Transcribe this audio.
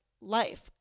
life